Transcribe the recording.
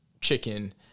Chicken